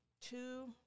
two